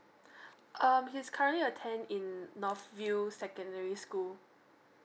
um he's currently attend in north view secondary school